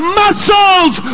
muscles